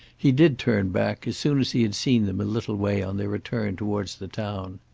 he did turn back as soon as he had seen them a little way on their return towards the town.